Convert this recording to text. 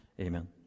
amen